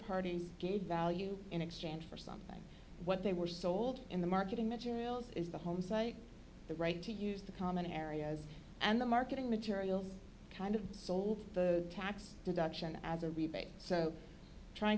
parties gave value in exchange for something what they were sold in the marketing materials is the home site the right to use the common areas and the marketing materials kind of sold the tax deduction as a rebate so trying